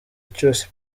cyose